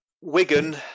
Wigan